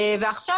ועכשיו,